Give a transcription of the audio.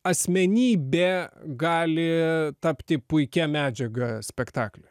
asmenybė gali tapti puikia medžiaga spektakliui